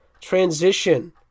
transition